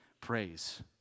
praise